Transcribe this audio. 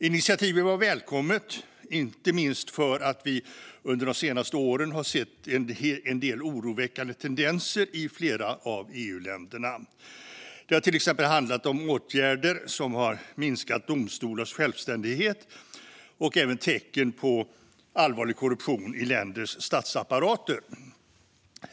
Initiativet var välkommet, inte minst för att vi de senaste åren har sett en del oroväckande tendenser i flera av EU-länderna. Det har handlat till exempel om åtgärder som har minskat domstolars självständighet och tecken på allvarlig korruption i länders statsapparater.